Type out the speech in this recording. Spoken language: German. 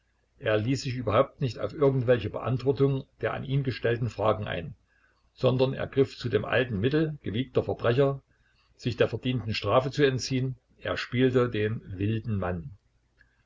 er ließ sich überhaupt nicht auf irgendwelche beantwortung der an ihn gestellten fragen ein sondern er griff zu dem alten mittel gewiegter verbrecher sich der verdienten strafe zu entziehen er spielte den wilden mann